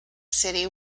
city